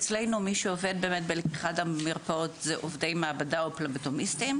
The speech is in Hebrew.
אצלנו מי שעובד בלקיחת דם במרפאות זה עובדי מעבדה או פבלוטומיסטים.